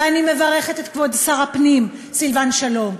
ואני מברכת את כבוד שר הפנים סילבן שלום,